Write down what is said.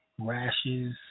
rashes